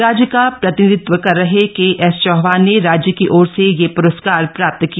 राज्य का प्रतिनिधित्व कर रहे केएस चौहान ने राज्य की ओर से यह प्रस्कार प्राप्त किया